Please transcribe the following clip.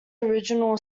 original